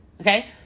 okay